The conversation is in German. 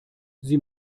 sie